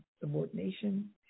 subordination